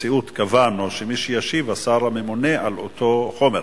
שקבענו בנשיאות שמי שישיב הוא השר הממונה על אותו חומר.